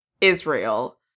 Israel